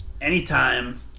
anytime